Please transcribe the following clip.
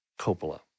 Coppola